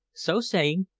so saying,